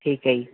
ਠੀਕ ਹੈ ਜੀ